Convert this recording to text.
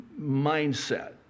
mindset